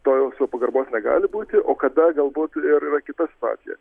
to jau su pagarbos negali būti o kada galbūt ir yra kita situacija